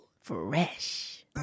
Fresh